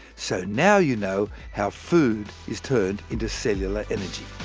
so now you know how food is turned into cellular energy.